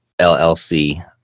LLC